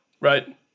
right